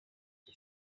ubu